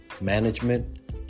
management